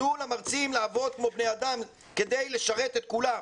תנו למרצים לעבוד כמו בני אדם כדי לשרת את כולם.